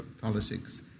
politics